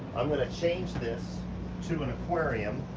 i'm going to change this to an aquarium.